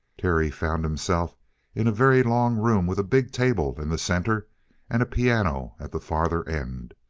terry found himself in a very long room with a big table in the center and a piano at the farther end.